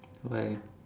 why